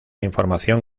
información